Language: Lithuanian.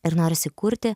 ir norisi kurti